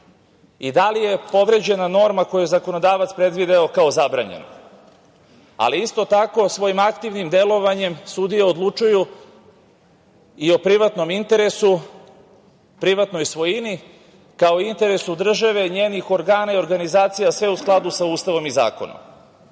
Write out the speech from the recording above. i da li je povređena norma koju je zakonodavac predvideo kao zabranjenu. Ali, isto tako, svojim aktivnim delovanjem sudije odlučuju i o privatnom interesu, privatnoj svojini, kao i interesu države i njenih organa i organizacija, a sve u skladu sa Ustavom i zakonom.Zašto